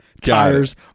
Tires